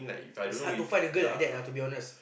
it's hard to find a girl like that lah to be honest